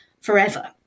forever